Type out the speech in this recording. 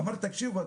אמרתי: תקשיבו,